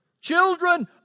Children